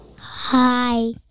Hi